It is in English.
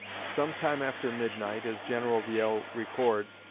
some time after midnight, as general viele records,